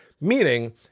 meaning